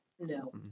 no